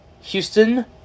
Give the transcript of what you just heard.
Houston